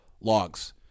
logs